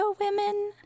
women